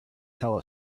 tell